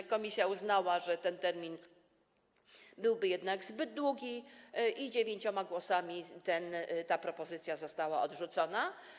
Komisja uznała, że ten termin byłby jednak zbyt długi, i 9 głosami ta propozycja została odrzucona.